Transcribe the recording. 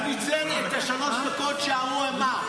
הוא ניצל את שלוש הדקות שהוא עלה.